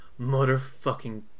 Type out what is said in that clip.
motherfucking